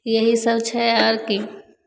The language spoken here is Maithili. यही सब छै आर की